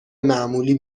معمولی